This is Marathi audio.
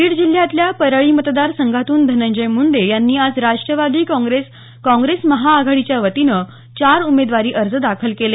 बीड जिल्ह्यातल्या परळी मतदार संघातून धनंजय मुंडे यांनी आज राष्ट्रवादी काँग्रेस काँग्रेस महाआघाडीच्या वतीने चार उमेदवारी अर्ज दाखल केले